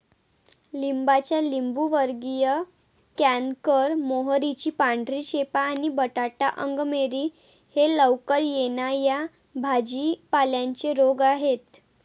लिंबाचा लिंबूवर्गीय कॅन्कर, मोहरीची पांढरी चेपा आणि बटाटा अंगमेरी हे लवकर येणा या भाजी पाल्यांचे रोग आहेत